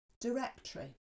directory